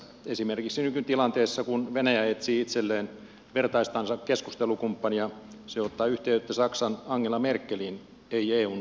esimerkiksi nykytilanteessa kun venäjä etsii itselleen vertaistansa keskustelukumppania se ottaa yhteyttä saksan angela merkeliin ei eun ulkopoliittiseen johtoon